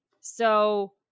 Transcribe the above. so-